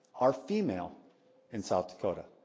our female in south dakota